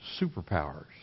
superpowers